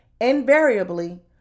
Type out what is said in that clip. invariably